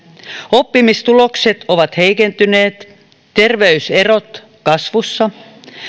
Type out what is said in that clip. oppimistulokset ovat heikentyneet terveyserot kasvussa